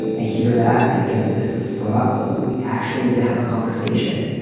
i hear that. i get that. this is fraught. but we actually need to have a conversation,